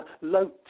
low